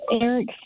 Eric